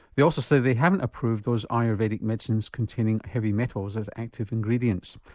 they also say they haven't approved those ayurvedic medicines containing heavy metals as active ingredients.